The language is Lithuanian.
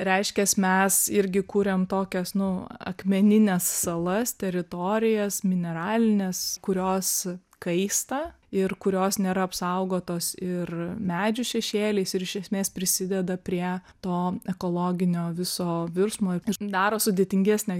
reiškias mes irgi kuriam tokias nu akmenines salas teritorijas mineralines kurios kaista ir kurios nėra apsaugotos ir medžių šešėliais ir iš esmės prisideda prie to ekologinio viso virsmo daro sudėtingesnę